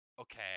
okay